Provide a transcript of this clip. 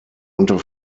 unter